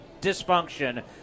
dysfunction